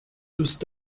دوست